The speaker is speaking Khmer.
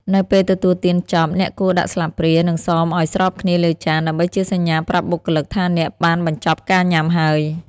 នៅពេលទទួលទានចប់ អ្នកគួរដាក់ស្លាបព្រា និងសមឱ្យស្របគ្នាលើចាន ដើម្បីជាសញ្ញាប្រាប់បុគ្គលិកថាអ្នកបានបញ្ចប់ការញ៉ាំហើយ។